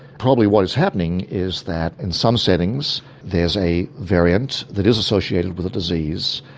probably what is happening is that in some settings there's a variant that is associated with a disease,